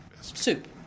soup